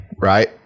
right